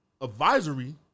advisory